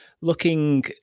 looking